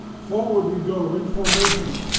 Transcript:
forward we go in formation,